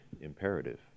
imperative